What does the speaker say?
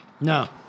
No